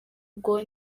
ubwo